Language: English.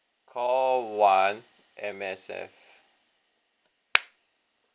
call one M_S_F